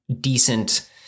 decent